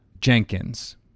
Jenkins